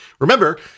Remember